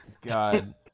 God